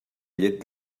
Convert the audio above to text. llet